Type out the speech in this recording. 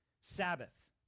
Sabbath